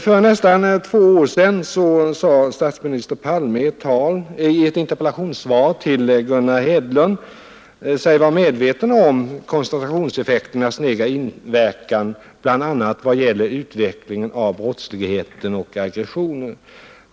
För nästan två år sedan sade statsminister Palme i ett interpellationssvar till herr Gunnar Hedlund att han var medveten om koncentrationseffekternas negativa inverkan bl.a. när det gäller utvecklingen av brottslighet och aggressioner.